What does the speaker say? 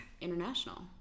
international